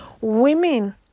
women